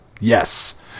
Yes